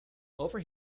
over